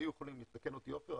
תקן אותי עופר,